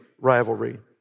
rivalry